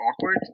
awkward